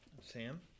Sam